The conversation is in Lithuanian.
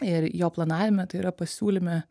ir jo planavime tai yra pasiūlyme